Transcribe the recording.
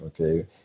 Okay